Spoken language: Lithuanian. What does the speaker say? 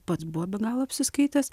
pats buvo be galo apsiskaitęs